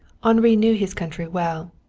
henri knew his country well,